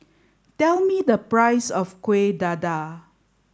tell me the price of Kueh Dadar